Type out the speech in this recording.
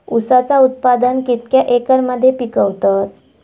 ऊसाचा उत्पादन कितक्या एकर मध्ये पिकवतत?